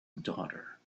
daughter